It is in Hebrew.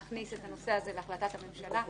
להכניס את הנושא הזה להחלטת הממשלה.